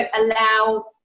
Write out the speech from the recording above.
allow